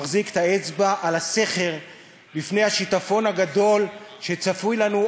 מחזיק את האצבע בסכר לפני השיטפון הגדול שצפוי לנו,